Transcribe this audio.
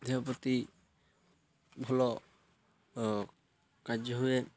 ଦେହ ପ୍ରତି ଭଲ କାର୍ଯ୍ୟ ହୁଏ